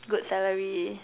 good salary